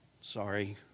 Sorry